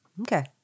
Okay